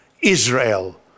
Israel